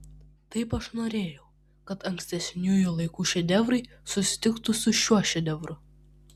taip aš norėjau kad ankstesniųjų laikų šedevrai susitiktų su šiuo šedevru